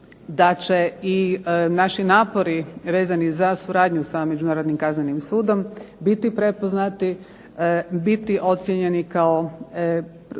da će i naši napori rezani za suradnju sa Međunarodnim kaznenim sudom biti prepoznati, biti ocijenjeni kao